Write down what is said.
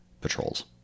patrols